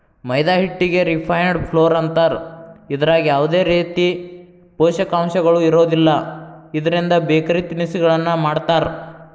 ಮೈದಾ ಹಿಟ್ಟಿಗೆ refined flour ಅಂತಾರ, ಇದ್ರಾಗ ಯಾವದೇ ರೇತಿ ಪೋಷಕಾಂಶಗಳು ಇರೋದಿಲ್ಲ, ಇದ್ರಿಂದ ಬೇಕರಿ ತಿನಿಸಗಳನ್ನ ಮಾಡ್ತಾರ